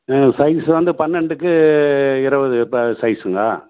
ஆ size வந்து பன்னெண்டுக்கு இருபது இப்போ சைஸுங்க